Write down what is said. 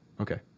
Okay